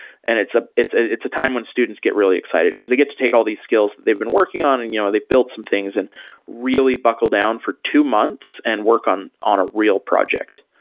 and it's ah it's a time when students get really excited, because they get to take all these skills that they've been working on and you know they've built some things and really buckle down for two months and work on on a real project.